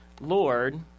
Lord